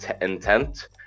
intent